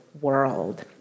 world